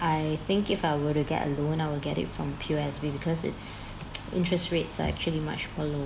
I think if I were to get a loan I will get it from P_O_S_B because its interest rates are actually much for lower